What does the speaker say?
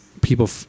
people